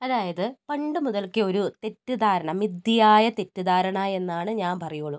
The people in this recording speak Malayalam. അതായത് പണ്ട് മുതൽക്കേ ഒരു തെറ്റിദ്ധാരണ മിഥ്യയായ തെറ്റിദ്ധാരണ എന്നാണ് ഞാൻ പറയൂള്ളൂ